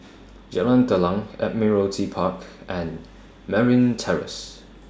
Jalan Telang Admiralty Park and Merryn Terrace